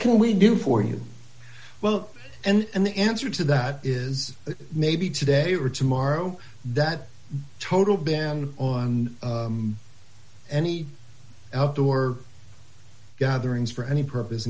can we do for you well and the answer to that is maybe today or tomorrow that total ban on any outdoor gatherings for any purpose